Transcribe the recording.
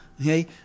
okay